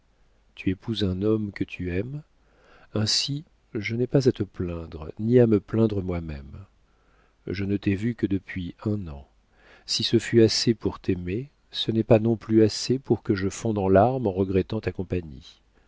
tu épouses un homme que tu aimes ainsi je n'ai pas à te plaindre ni à me plaindre moi-même je ne t'ai vue que depuis un an si ce fut assez pour t'aimer ce n'est pas non plus assez pour que je fonde en larmes en regrettant ta